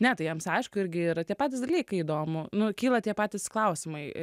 ne tai jiems aišku irgi yra tie patys dalykai įdomu nu kyla tie patys klausimai